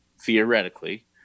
theoretically